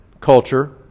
culture